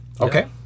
Okay